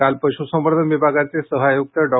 काल पश्संवर्धन विभागाचे सह आयुक्त डॉ